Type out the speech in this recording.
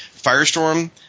Firestorm